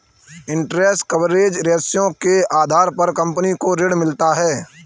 interest coverage ratio के आधार पर कंपनी को ऋण मिलता है